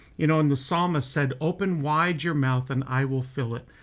you know and the psalmist said, open wide your mouth and i will fill it.